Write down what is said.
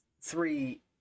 three